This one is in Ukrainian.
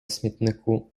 смітнику